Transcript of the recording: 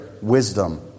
wisdom